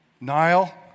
Nile